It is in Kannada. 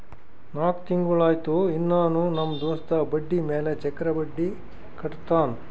ನಾಕ್ ತಿಂಗುಳ ಆಯ್ತು ಇನ್ನಾನೂ ನಮ್ ದೋಸ್ತ ಬಡ್ಡಿ ಮ್ಯಾಲ ಚಕ್ರ ಬಡ್ಡಿ ಕಟ್ಟತಾನ್